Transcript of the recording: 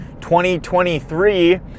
2023